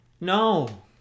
No